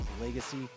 Legacy